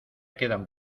quedan